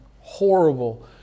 horrible